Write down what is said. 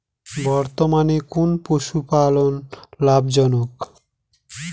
বর্তমানে কোন পশুপালন লাভজনক?